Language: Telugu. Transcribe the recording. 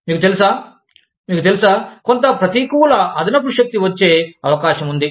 మీకు తెలుసా మీకు తెలుసా కొంత ప్రతికూల అదనపుశక్తి వచ్చేఅవకాశం ఉంది